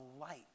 light